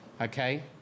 okay